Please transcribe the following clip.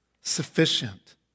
Sufficient